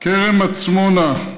כרם עצמונה,